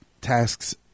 tasks